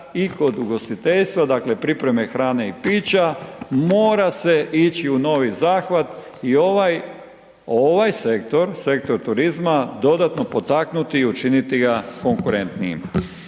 i kod ugostiteljstva, dakle priprema hrane i pića, mora se ići u novi zahvat i ovaj, ovaj sektor, sektor turizma dodatno potaknuti i učiniti ga konkurentnijim.